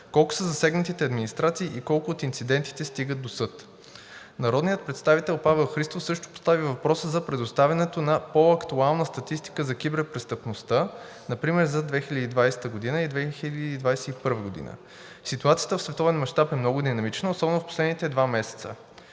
Колко са засегнатите администрации и колко от инцидентите стигат до съд? Народният представител Павел Христов също постави въпроса за предоставянето на по-актуална статистика за киберпрестъпността, например за 2020 г. и 2021 г. Ситуацията в световен мащаб е много динамична, особено в последните два месеца.